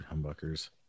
humbuckers